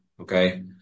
Okay